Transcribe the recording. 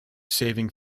saving